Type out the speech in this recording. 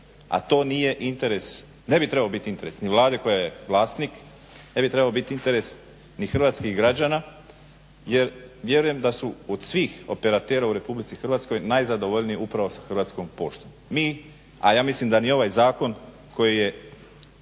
a to nije interes, ne bi trebao biti interes ni Vlade koja je vlasnik, ne ti trebao biti interes ni hrvatskih građana. Jer vjerujem da su od svih operatera u Republici Hrvatskoj najzadovoljniji upravo sa Hrvatskom poštom. Mi a ja mislim da ni ovaj zakon koji je